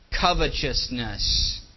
covetousness